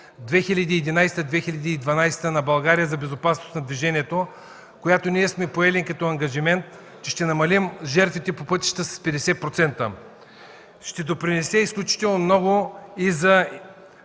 2011-2012 г. на България за безопасност на движението, която ние сме поели като ангажимент – ще намали жертвите по пътищата с 50%, ще допринесе изключително много и за